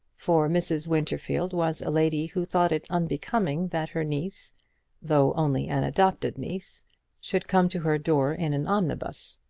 for mrs. winterfield was a lady who thought it unbecoming that her niece though only an adopted niece should come to her door in an omnibus.